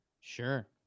Sure